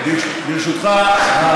ברשותך,